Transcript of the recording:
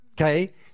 Okay